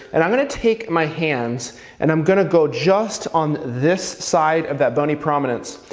and i'm gonna take my hands and i'm gonna go just on this side of that bony prominence,